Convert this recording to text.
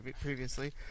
previously